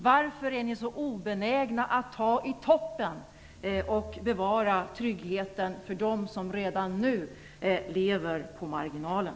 Varför är ni så obenägna att ta i toppen och bevara tryggheten för dem som redan nu lever på marginalen?